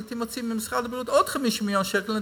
הייתי מוציא ממשרד הבריאות עוד 50 מיליון שקל,